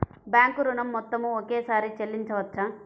Bank ఋణం మొత్తము ఒకేసారి చెల్లించవచ్చా?